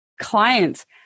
clients